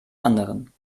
anderen